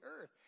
earth